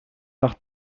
noch